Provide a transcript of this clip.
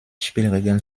spielregeln